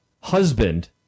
husband